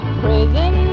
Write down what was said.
prison